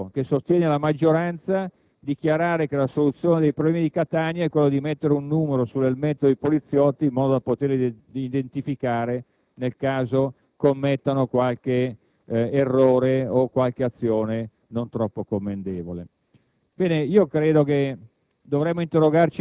giovani ed un esponente politico - un deputato, che sostiene la maggioranza - dichiarare che la soluzione ai problemi di Catania sta nel collocare un numero sull'elmetto indossato dai poliziotti, in modo da poterli identificare nel caso commettano qualche errore o qualche azione non troppo commendevole.